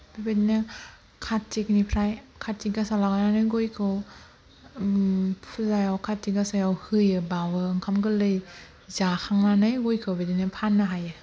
बेबादिनो खातिकनिफ्राय खाथि गासा लागायनानै गयखौ फुजायाव खाथि गासायाव होयो बावो ओंखाम गोरलै जाखांनानै गयखौ बिदिनो फान्नो हायो